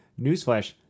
Newsflash